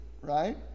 right